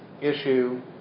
issue